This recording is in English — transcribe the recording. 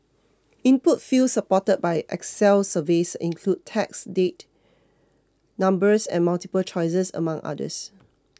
input fields supported by Excel surveys include text date numbers and multiple choices among others